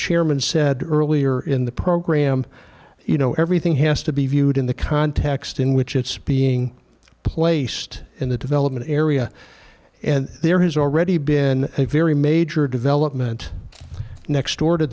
chairman said earlier in the program you know everything has to be viewed in the context in which it's being placed in the development area and there has already been a very major development next door to